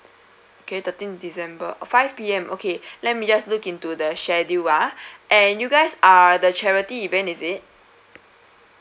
okay thirteen december five P_M okay let me just look into the schedule ah and you guys are the charity event is it